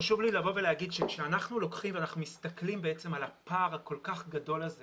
חשוב לי לומר שכשאנחנו לוקחים ומסתכלים על הפער הכול כך גדול הזה